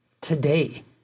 today